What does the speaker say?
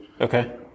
Okay